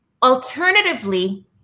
Alternatively